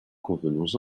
convenons